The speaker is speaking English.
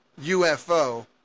UFO